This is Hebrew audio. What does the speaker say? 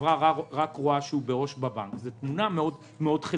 והחברה רואה שהוא רק בעו"ש בבנק זאת תמונה מאוד חלקית.